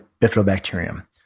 bifidobacterium